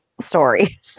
story